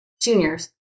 juniors